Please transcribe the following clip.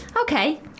Okay